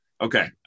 Okay